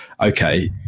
okay